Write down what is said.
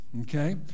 okay